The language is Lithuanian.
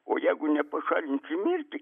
o jeigu nepašalinsi mirti